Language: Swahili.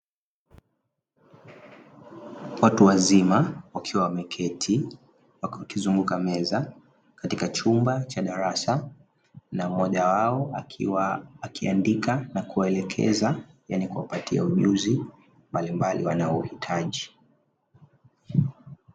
Watu wazima wakiwa wameketi wakizunguka meza, katika chumba cha darasa na mmoja wao akiwa akiandika na kuwaelekeza, yaani kuwapatia ujuzi mbalimbali wanao uhitaji.